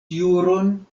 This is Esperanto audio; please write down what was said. juron